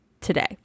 today